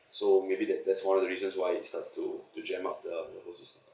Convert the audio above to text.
so maybe that's that's one of the reason why it's starts to to jammed up the the whole system